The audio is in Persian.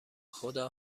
خدا